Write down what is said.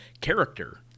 character